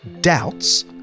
doubts